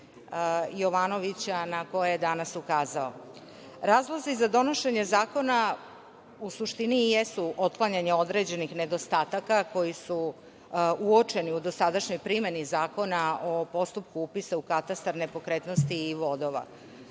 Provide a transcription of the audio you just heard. Jovanovića na koje je danas ukazao. Razlozi za donošenje zakona u suštini jesu otklanjanje određenih nedostataka koji su uočeni u dosadašnjoj primeni Zakona o postupku upisa u Katastar nepokretnosti i vodova,